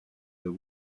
the